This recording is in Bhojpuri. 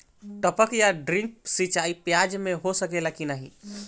टपक या ड्रिप सिंचाई प्याज में हो सकेला की नाही?